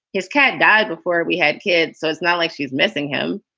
his cat died before we had kids. so it's not like she's missing him.